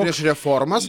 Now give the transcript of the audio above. prieš reformas